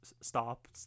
stop